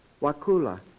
Wakula